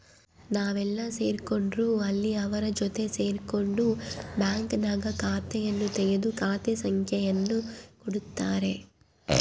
ನಾವೆಲ್ಲೇ ಸೇರ್ಕೊಂಡ್ರು ಅಲ್ಲಿ ಅವರ ಜೊತೆ ಸೇರ್ಕೊಂಡು ಬ್ಯಾಂಕ್ನಾಗ ಖಾತೆಯನ್ನು ತೆಗೆದು ಖಾತೆ ಸಂಖ್ಯೆಯನ್ನು ಕೊಡುತ್ತಾರೆ